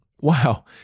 Wow